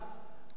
כלפי אזרחים.